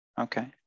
Okay